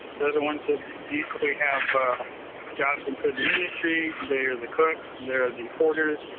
they're the ones that usually have jobs in prison industry. they're the cooks. they're the porters.